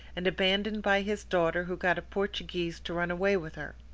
and abandoned by his daughter who got a portuguese to run away with her.